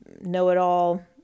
know-it-all